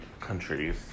countries